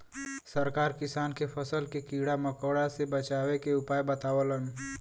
सरकार किसान के फसल के कीड़ा मकोड़ा से बचावे के उपाय बतावलन